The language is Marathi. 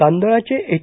तांदळाचे एच